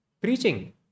preaching